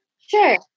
Sure